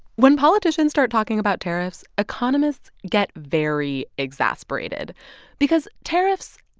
when politicians start talking about tariffs, economists get very exasperated because tariffs,